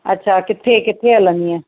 त छा किते किते हलंदीअ